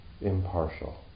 impartial